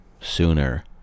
sooner